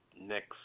next